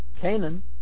Canaan